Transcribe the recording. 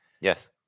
Yes